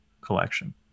collection